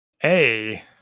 Hey